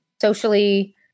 socially